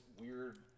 weird